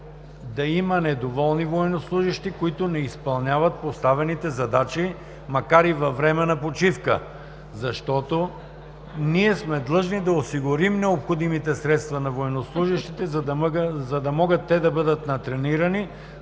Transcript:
да има недоволни военнослужещи, които не изпълняват поставените задачи, макар и във време на почивка, защото ние сме длъжни да осигурим необходимите средства на военнослужещите, за да могат те да бъдат натренирани,